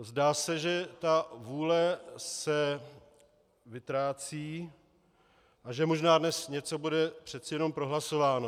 Zdá se, že ta vůle se vytrácí a že možná dnes něco bude přece jenom prohlasováno.